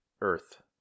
Earth